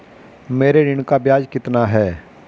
मेरे ऋण का ब्याज कितना है?